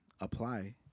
apply